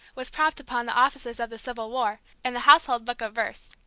was propped upon the officers of the civil war, and the household book of verse.